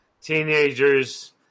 teenagers